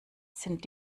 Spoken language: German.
sind